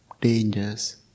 dangers